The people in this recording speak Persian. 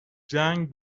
جنگ